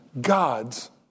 God's